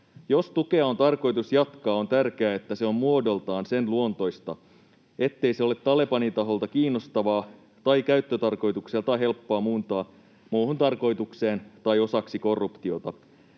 Jos tukea on tarkoitus jatkaa, on tärkeää, että se on muodoltaan sen luontoista, ettei se ole Talebanin taholta kiinnostavaa tai käyttötarkoitukseltaan helppoa muuntaa muuhun tarkoitukseen tai osaksi korruptiota.